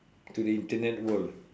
to the Internet world